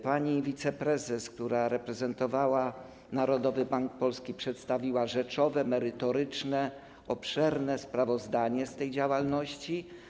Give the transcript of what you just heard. Pani wiceprezes, która reprezentowała Narodowy Bank Polski, przedstawiła rzeczowe, merytoryczne, obszerne sprawozdanie z tej działalności.